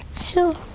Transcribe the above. Sure